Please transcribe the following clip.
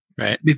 Right